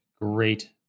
great